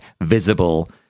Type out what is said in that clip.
visible